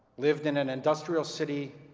lived in an industrial city